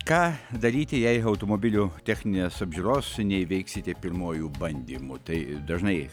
ką daryti jei automobilių techninės apžiūros neįveiksite pirmuoju bandymu tai dažnai